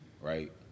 right